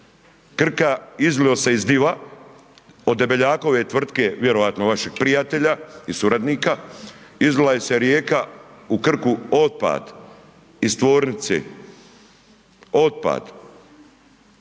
Krka izlila se iz DIV-a od Debeljakove tvrtke, vjerovatno vašeg prijatelja i suradnika, izlika se rijeka u Krku otpadi iz tvornice, otpad